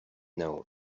now